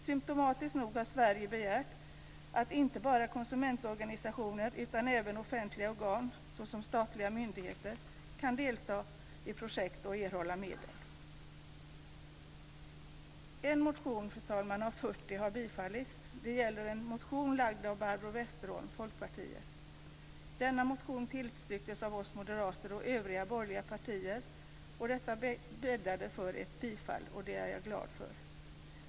Symtomatiskt nog har Sverige begärt att inte bara konsumentorganisationer utan även offentliga organ, såsom statliga myndigheter, kan delta i projekt och erhålla medel. En motion av fyrtio har bifallits. Det gäller en motion väckt av Barbro Westerholm, Folkpartiet. Denna motion tillstyrktes av oss moderater och av övriga borgerliga partier. Detta bäddade för ett bifall, och det är jag glad för.